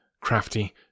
crafty